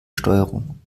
steuerung